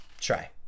Try